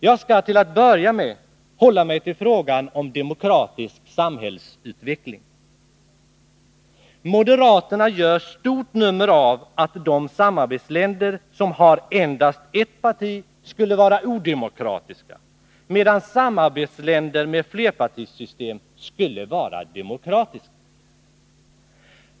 Jag skall till att börja med hålla mig till frågan om demokratisk samhällsutveckling. Moderaterna gör stort nummer av att de samarbetsländer som har endast ett parti skulle vara odemokratiska, medan samarbetsländer med flerpartisystem skulle vara demokratiska.